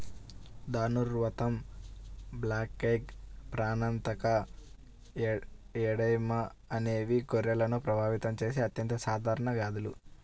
ధనుర్వాతం, బ్లాక్లెగ్, ప్రాణాంతక ఎడెమా అనేవి గొర్రెలను ప్రభావితం చేసే అత్యంత సాధారణ వ్యాధులు